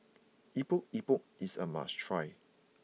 Epok Epok is a must try